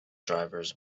drivers